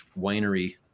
Winery